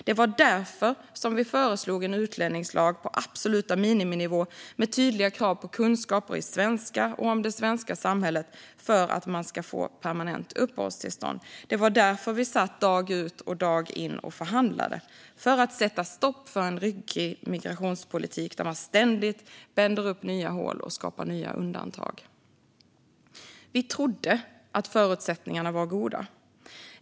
Det var därför vi föreslog en utlänningslag på absolut miniminivå, med tydliga krav på kunskaper i svenska och om det svenska samhället för att man ska få permanent uppehållstillstånd. Det därför vi satt dag ut och dag in och förhandlade - för att sätta stopp för en ryckig migrationspolitik där man ständigt bänder upp nya hål och skapar nya undantag. Vi trodde att förutsättningarna var goda.